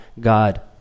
God